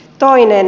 toinen